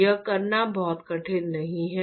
यह करना बहुत कठिन नहीं है